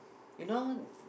you know